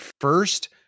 first